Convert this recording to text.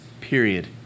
period